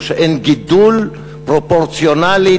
או שאין גידול פרופורציונלי,